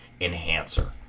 enhancer